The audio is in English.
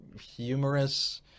humorous